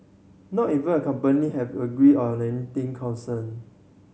not even company have agreed on anything concern